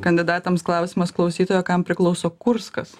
kandidatams klausimas klausytojo kam priklauso kurskas